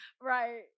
right